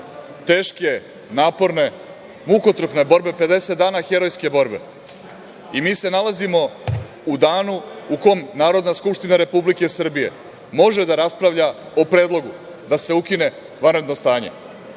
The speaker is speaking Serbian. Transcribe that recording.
teške, naporne, mukotrpne borbe, 50 dana herojske borbe i mi se nalazimo u danu u kom Narodna skupština Republike Srbije može da raspravlja o predlogu da se ukine vanredno stanje. Sama